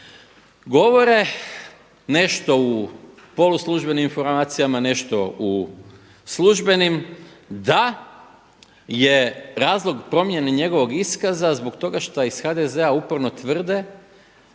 govore nešto u poluslužbenim informacijama, nešto u službenim, da je razlog promjene njegovog iskaza zbog toga šta iz HDZ-a uporno tvrde